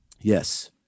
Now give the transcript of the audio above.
Yes